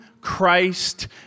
Christ